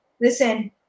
listen